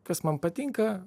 kas man patinka